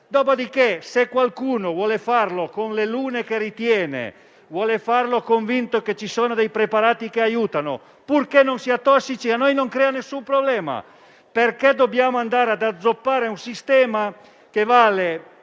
Dopodiché, se qualcuno vuole farlo con le lune che ritiene o convinto che ci siamo preparati che aiutano, purché non siano tossici, a noi non crea nessun problema. Perché dobbiamo azzoppare un sistema che vale